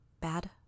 Bad